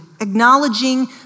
acknowledging